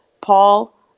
Paul